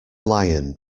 lion